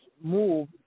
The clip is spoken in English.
move